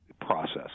process